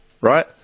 right